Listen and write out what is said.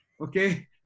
okay